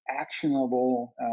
actionable